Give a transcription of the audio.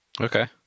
Okay